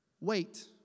Wait